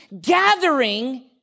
gathering